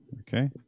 Okay